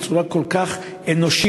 בצורה כל כך אנושית,